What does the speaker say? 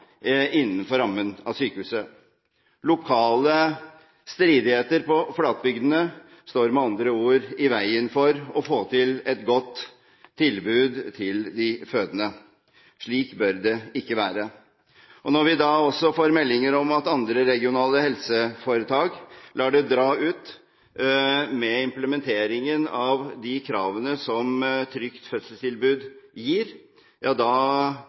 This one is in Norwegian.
innenfor rammen av sykehuset. Lokale stridigheter på flatbygdene står med andre ord i veien for å få til et godt tilbud til de fødende. Slik bør det ikke være. Når vi også får meldinger om at andre regionale helseforetak lar det dra ut med implementeringen av kravene i «Et trygt fødselstilbud», ja da